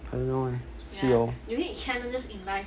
I don't know leh see lor